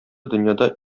дөньяда